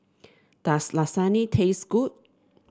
does Lasagne taste good